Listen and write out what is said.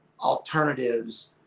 alternatives